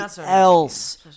else